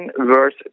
verse